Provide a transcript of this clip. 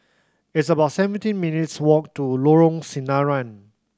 it's about seventeen minutes' walk to Lorong Sinaran